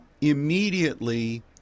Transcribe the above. Immediately